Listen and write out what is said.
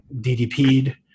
DDP'd